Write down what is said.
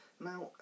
now